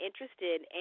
interested